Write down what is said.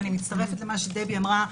אני מצטרפת למה שדבי אמרה.